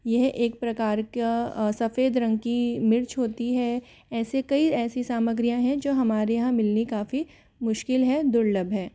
यह एक प्रकार का सफ़ेद रंग की मिर्च होती है ऐसे कई ऐसी सामग्रीयाँ हैं जो हमारे यहाँ मिलनी काफ़ी मुश्किल है दुर्लभ है